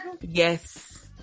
Yes